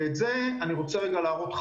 את זה אני אראה חי